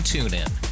TuneIn